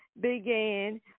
began